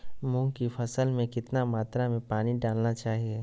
मूंग की फसल में कितना मात्रा में पानी डालना चाहिए?